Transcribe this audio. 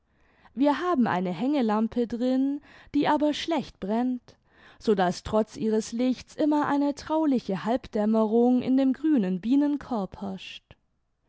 wir haben eine hängelampe drin die aber schlecht brennt so daß trotz ihres lichts immer eine trauliche halbdämmerung in dem grünen bienenkorb